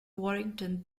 warrington